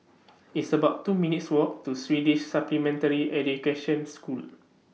It's about two minutes' Walk to Swedish Supplementary Education School